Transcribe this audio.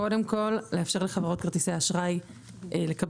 קודם כל לאפשר לחברות כרטיסי האשראי לקבל